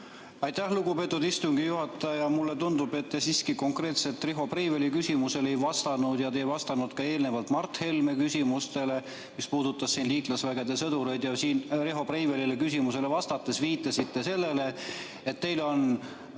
Aitäh, lugupeetud istungi juhataja! Mulle tundub, peaminister, et te siiski konkreetselt Riho Breiveli küsimusele ei vastanud. Te ei vastanud ka eelnevalt Mart Helme küsimustele, mis puudutasid liitlasvägede sõdureid. Riho Breiveli küsimusele vastates viitasite sellele, et teil on